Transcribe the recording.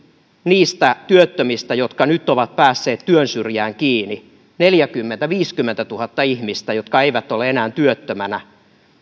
niistä työttömistä jotka nyt ovat päässeet työn syrjään kiinni neljäkymmentätuhatta viiva viisikymmentätuhatta ihmistä jotka eivät ole enää työttömänä